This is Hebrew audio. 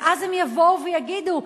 ואז הם יבואו ויגידו: